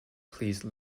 please